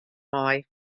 mei